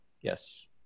yes